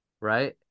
Right